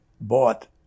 bought